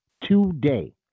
Today